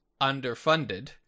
underfunded